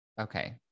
Okay